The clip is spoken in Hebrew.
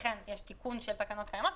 לכן יש תיקון של תקנות קיימות,